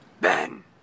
Ben